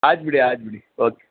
ಆಯ್ತು ಬಿಡಿ ಆಯ್ತು ಬಿಡಿ ಓಕೆ